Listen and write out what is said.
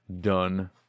done